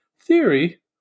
theory